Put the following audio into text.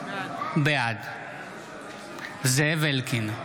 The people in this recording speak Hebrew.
בעד זאב אלקין,